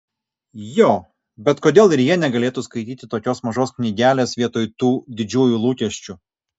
jo bet kodėl ir jie negalėtų skaityti tokios mažos knygelės vietoj tų didžiųjų lūkesčių